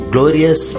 Glorious